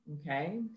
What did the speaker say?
Okay